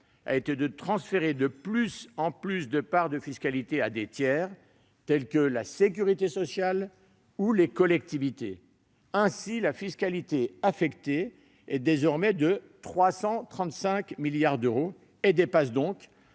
à transférer de plus en plus de parts de fiscalité à des tiers, tels que la sécurité sociale ou les collectivités : ainsi, la fiscalité affectée est désormais de 335 milliards d'euros et dépasse le